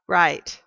right